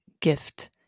gift